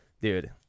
dude